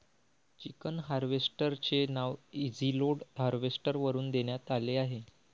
chicken harvester चे नाव easy load harvester वरून देण्यात आले आहे